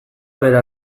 bera